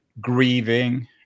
grieving